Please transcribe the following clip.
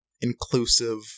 inclusive